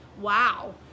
Wow